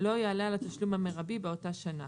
לא יעלה על התשלום המרבי באותה שנה.